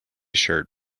shirt